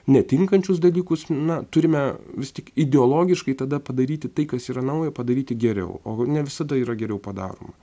netinkančius dalykus na turime vis tik ideologiškai tada padaryti tai kas yra nauja padaryti geriau o ne visada yra geriau padaroma